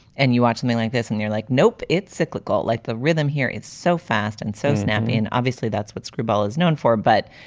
and you watch something like this and they're like, nope, it's cyclical, like the rhythm here. it's so fast and so snappy. and obviously that's what screwball is known for. but,